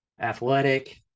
athletic